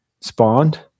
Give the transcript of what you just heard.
spawned